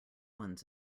ones